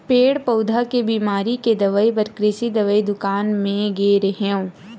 पेड़ पउधा के बिमारी के दवई बर कृषि दवई दुकान म गे रेहेंव